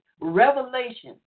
revelation